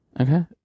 Okay